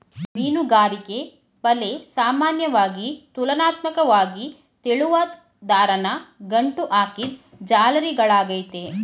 ಮೀನುಗಾರಿಕೆ ಬಲೆ ಸಾಮಾನ್ಯವಾಗಿ ತುಲನಾತ್ಮಕ್ವಾಗಿ ತೆಳುವಾದ್ ದಾರನ ಗಂಟು ಹಾಕಿದ್ ಜಾಲರಿಗಳಾಗಯ್ತೆ